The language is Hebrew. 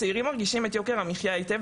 הצעירים מרגישים את יוקר המחייה היטב,